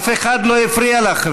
אף אחד לא הפריע לך,